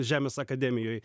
žemės akademijoj